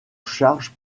charge